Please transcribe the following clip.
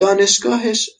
دانشگاهش